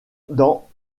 dans